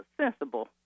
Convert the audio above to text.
sensible